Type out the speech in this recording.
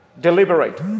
deliberate